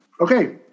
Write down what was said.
okay